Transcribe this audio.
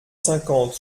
cinquante